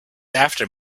after